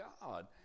God